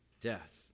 death